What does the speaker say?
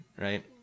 right